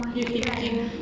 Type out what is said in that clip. deep thinking